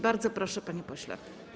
Bardzo proszę, panie pośle.